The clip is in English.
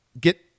get